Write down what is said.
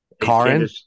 Karen